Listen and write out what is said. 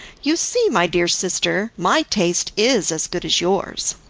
you see, my dear sister, my taste is as good as yours.